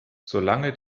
solange